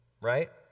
right